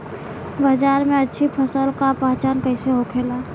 बाजार में अच्छी फसल का पहचान कैसे होखेला?